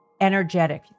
energetic